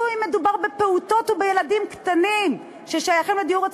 ואם מדובר בפעוטות או בילדים קטנים ששייכים לדיור הציבורי,